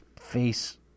face